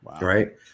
right